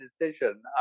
decision